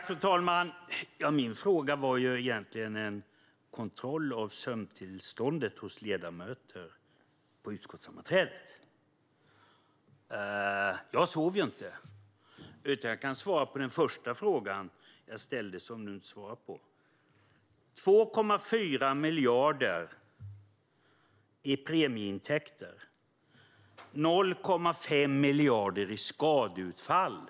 Fru talman! Min fråga var egentligen en kontroll av sömntillståndet hos ledamöter på utskottssammanträdet. Jag sov inte, utan jag kan svara på den första frågan jag ställde och som du inte svarade på, Cecilia Widegren. Det är 2,4 miljarder i premieintäkter och 0,5 miljarder i skadeutfall.